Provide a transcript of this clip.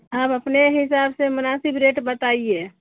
آپ اپنے حساب سے مناسب ریٹ بتائیے